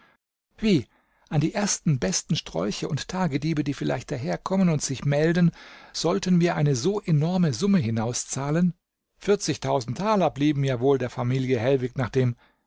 wie an die ersten besten strolche und tagediebe die vielleicht daher kommen und sich melden sollten wir eine so enorme summe hinauszahlen vierzigtausend thaler blieben ja wohl der familie hellwig nachdem